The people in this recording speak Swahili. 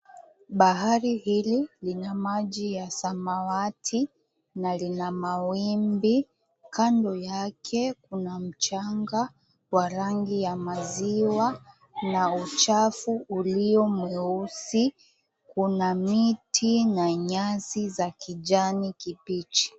Bahari hili lina maji ya samawati na lina mawimbi. Kando yake kuna mchanga wa rangi ya maziwa na uchafu ulio mweusi kuna miti na nyasi za kijani kibichi.